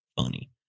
Funny